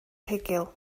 rhugl